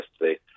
yesterday